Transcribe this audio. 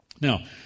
Now